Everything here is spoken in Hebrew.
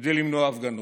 כדי למנוע הפגנות.